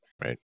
Right